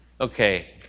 Okay